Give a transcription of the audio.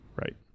Right